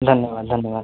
धन्यवाद धन्यवाद